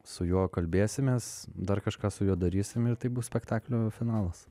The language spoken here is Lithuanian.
su juo kalbėsimės dar kažką su juo darysim ir tai bus spektaklio finalas